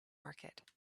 market